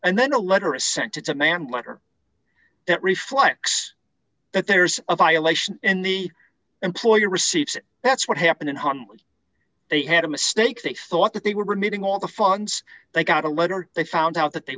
and then a letter is sent it's a man letter that reflects that there's a violation and the employer receives it that's what happened in hama they had a mistake they thought that they were meeting all the funds they got a letter they found out that they